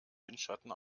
windschatten